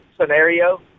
scenario